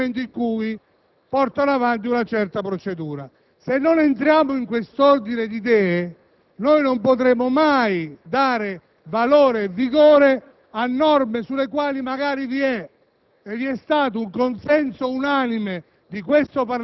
sia il Senato che la Camera dei deputati, nel momento in cui porta avanti una determinata procedura. Se non entriamo in quest'ordine di idee, non potremo mai dare valore e vigore a norme sulle quali magari vi è